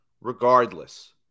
regardless